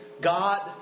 God